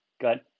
Good